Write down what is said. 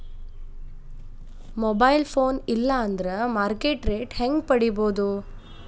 Mobile phone ಇಲ್ಲಾ ಅಂದ್ರ market rate ಹೆಂಗ್ ಪಡಿಬೋದು?